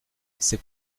c’est